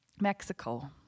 Mexico